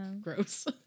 gross